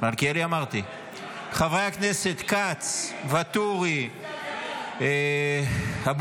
חברי הכנסת כץ, ואטורי, אבוטבול,